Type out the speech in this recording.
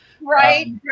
Right